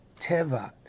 Teva